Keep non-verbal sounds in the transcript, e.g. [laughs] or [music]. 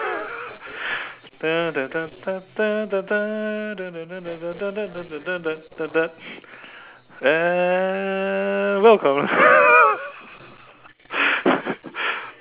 [laughs] [noise] and welcome [laughs]